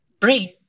brain